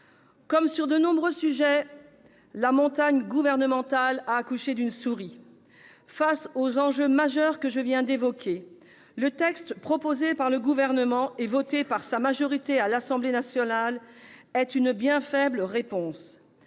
comme sur de nombreux sujets, la montagne gouvernementale a accouché d'une souris. En effet, face aux enjeux majeurs que je viens d'évoquer, le texte proposé par le Gouvernement et adopté par sa majorité à l'Assemblée nationale est une bien faible réponse.